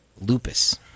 Lupus